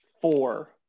four